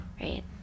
right